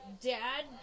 dad